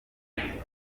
bwanjye